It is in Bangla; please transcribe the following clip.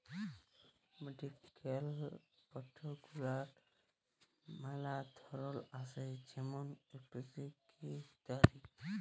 আগ্রকেমিকাল প্রডাক্ট গুলার ম্যালা ধরল আসে যেমল পেস্টিসাইড, পি.পি.এইচ ইত্যাদি